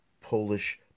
Polish